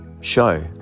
show